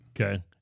Okay